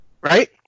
Right